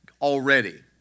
already